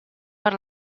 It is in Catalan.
per